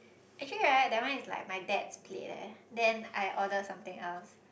actually right that one is like my dad's plate leh then I order something else